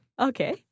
Okay